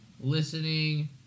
listening